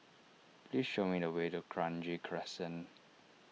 please show me the way to Kranji Crescent